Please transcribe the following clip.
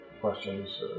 questions